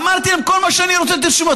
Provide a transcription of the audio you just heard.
אמרתי להם: כל מה שאני רוצה זה שתרשמו.